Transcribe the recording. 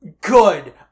Good